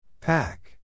Pack